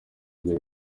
ibyo